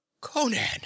conan